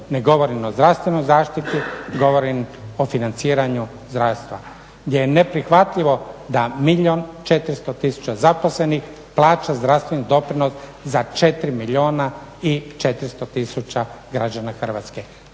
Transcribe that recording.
ne govorim o zdravstvenoj zaštiti, govorim o financiranju zdravstva gdje je neprihvatljivo da milijun 400 tisuća zaposlenih plaća zdravstveni doprinos za 4 milijuna i 400 tisuća građana Hrvatske.